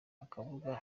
akavuga